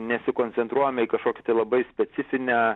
nesikoncentruojame į kažkokį tai labai specifinę